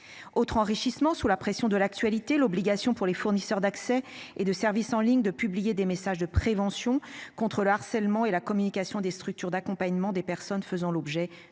Autre enrichissement sous la pression de l'actualité, l'obligation pour les fournisseurs d'accès et de services en ligne de publier des messages de prévention contre le harcèlement et la communication des structures d'accompagnement des personnes faisant l'objet de cyber